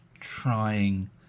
trying